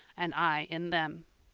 and i in them.